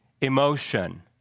emotion